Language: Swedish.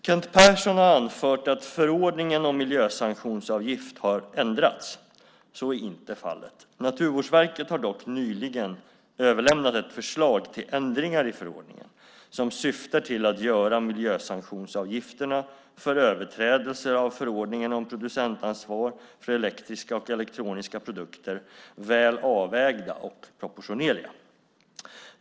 Kent Persson har anfört att förordningen om miljösanktionsavgift har ändrats. Så är inte fallet. Naturvårdsverket har dock nyligen överlämnat ett förslag till ändringar i förordningen som syftar till att göra miljösanktionsavgifterna för överträdelser av förordningen om producentansvar för elektriska och elektroniska produkter väl avvägda och proportionerliga.